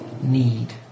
need